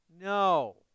no